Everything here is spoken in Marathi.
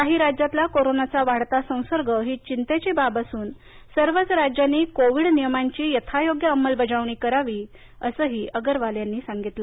काही राज्यातला कोरोनाचा वाढता संसर्ग ही चिंतेची बाब असून सर्वच राज्यांनी कोविड नियमांची यथायोग्य अंमलबजावणी करावी असं अगरवाल यांनी सांगितलं